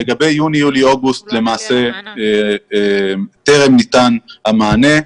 לגבי יוני, יולי ואוגוסט, למעשה טרם ניתן המענה.